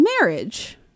marriage